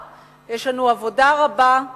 יש לנו עבודה רבה למאה הנוכחית.